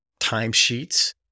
timesheets